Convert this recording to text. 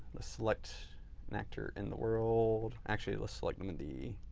select an actor in the world. actually, let's select him in the